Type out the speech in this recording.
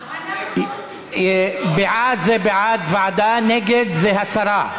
אנחנו, בעד, זה בעד ועדה, נגד, זה הסרה.